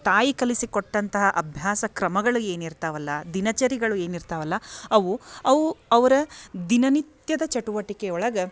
ತಾಯಿ ಕಲಿಸಿ ಕೊಟ್ಟಂತಹ ಅಭ್ಯಾಸ ಕ್ರಮಗಳು ಏನು ಇರ್ತಾವಲ್ಲ ದಿನಚರಿಗಳು ಏನು ಇರ್ತಾವಲ್ಲ ಅವು ಅವು ಅವರ ದಿನನಿತ್ಯದ ಚಟುವಟಿಕೆ ಒಳಗೆ